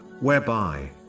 whereby